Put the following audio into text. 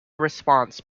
response